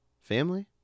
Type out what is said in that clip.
Family